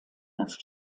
nach